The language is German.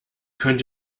könnt